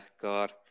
God